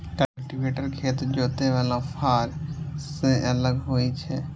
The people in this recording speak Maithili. कल्टीवेटर खेत जोतय बला फाड़ सं अलग होइ छै